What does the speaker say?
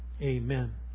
Amen